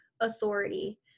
authority